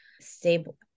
stable